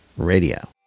Radio